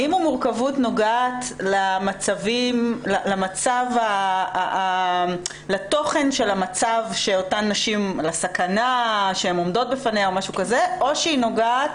נוגעת לתוכן של המצב שבהן נמצאות הנשים או שהיא נוגעת